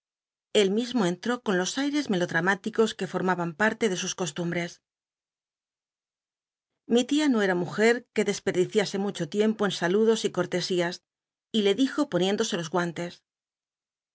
él mismo entró con los aies melod ram ilicos que l'ormaban parle de sus costumbres ili tia no era mujer que desperdiciase mucbo tiempo en saludos y cortesías y le dijo poniéndose los guan